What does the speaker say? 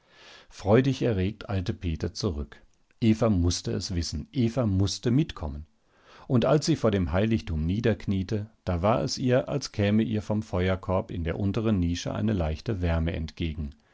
freudig erregt eilte peter zurück eva mußte es wissen eva mußte mitkommen und als sie vor dem heiligtum niederkniete da war es ihr als käme ihr vom feuerkorb in der unteren nische eine leichte wärme entgegen